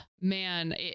man